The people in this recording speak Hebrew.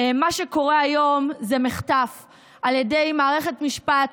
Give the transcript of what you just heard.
מה שקורה היום הוא מחטף על ידי מערכת משפט,